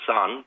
Sun